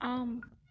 ஆம்